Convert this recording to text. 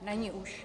Není už.